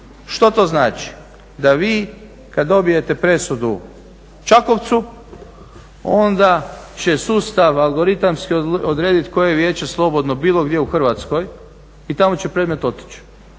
Što to znači? Da vi kada dobijete presudu u Čakovcu onda će sustav algoritamski odrediti koje je vijeće slobodno bilo gdje u Hrvatskoj i tamo će otići.